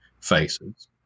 faces